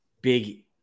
big